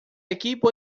equipo